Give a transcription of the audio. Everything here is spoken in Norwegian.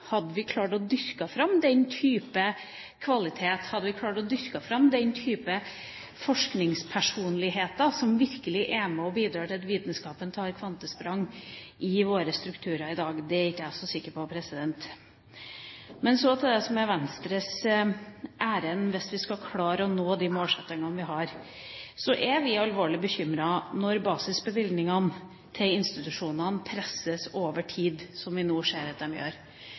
Hadde vi klart å dyrke fram den type kvalitet? Hadde vi klart å dyrke fram den type forskningspersonligheter som virkelig er med på å bidra til at vitenskapen tar kvantesprang i våre strukturer i dag? Det er ikke jeg så sikker på. Men så til det som er Venstres ærend. Hvis vi skal klare å nå de målsettingene vi har, er vi alvorlig bekymret når basisbevilgningene til institusjonene presses over tid, som vi nå ser at de gjør.